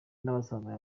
n’abasanzwe